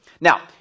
Now